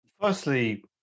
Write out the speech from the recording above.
Firstly